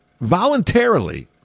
voluntarily